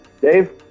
Dave